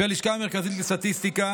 יעלה ויבוא ויציג,